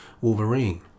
Wolverine